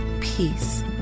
peace